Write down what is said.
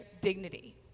dignity